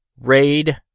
raid